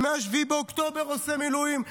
שמ-7 באוקטובר עושה מילואים,